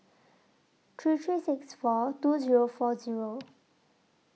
three three six four two Zero four Zero